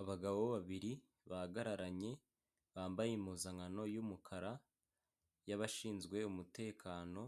Abagabo babiri bahagararanye bambaye impuzankano y'umukara yabashinzwe umutekano,